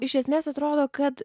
iš esmės atrodo kad